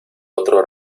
otro